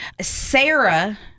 Sarah